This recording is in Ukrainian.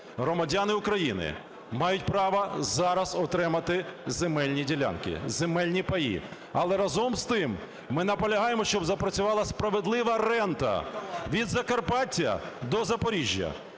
громадяни України мають право зараз отримати земельні ділянки, земельні паї. Але разом з тим ми наполягаємо, щоб запрацювала справедлива рента від Закарпаття до Запоріжжя,